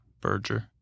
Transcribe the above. Berger